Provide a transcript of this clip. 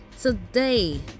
Today